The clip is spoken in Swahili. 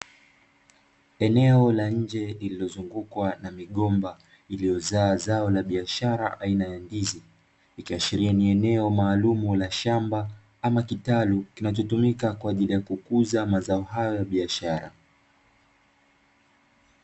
Eneo la nje lililozungukwa na migomba iliyozaa zao la biashara aina ya ndizi, ikiashiria ni eneo maalumu la shamba ama kitalu, kinachotumika kwa ajili ya kukuza mazao hayo ya kibiashara.